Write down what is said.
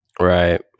Right